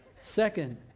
second